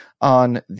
on